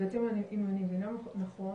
בעצם אם אני מבינה נכון,